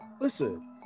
listen